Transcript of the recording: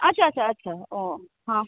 अच्छा अच्छा अच्छा ओ हँ